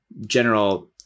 general